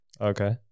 Okay